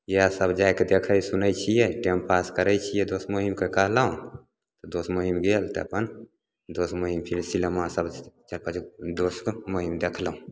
इएहसब जाके देखै सुनै छिए टाइमपास करै छिए दोस्त महिमके कहलहुँ दोस्त महिम गेल तऽ अपन दोस्त महिम फेर सिनेमा सब जाके दोस्त महिम देखलहुँ